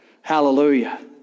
Hallelujah